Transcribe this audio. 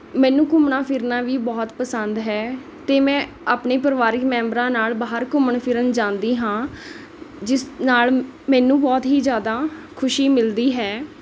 ਮੈਨੂੰ ਘੁੰਮਣਾ ਫਿਰਨਾ ਵੀ ਬਹੁਤ ਪਸੰਦ ਹੈ ਅਤੇ ਮੈਂ ਆਪਣੇ ਪਰਿਵਾਰਕ ਮੈਂਬਰਾਂ ਨਾਲ ਬਾਹਰ ਘੁੰਮਣ ਫਿਰਨ ਜਾਂਦੀ ਹਾਂ ਜਿਸ ਨਾਲ ਮੈਨੂੰ ਬਹੁਤ ਹੀ ਜ਼ਿਆਦਾ ਖੁਸ਼ੀ ਮਿਲਦੀ ਹੈ